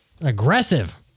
Aggressive